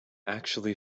actually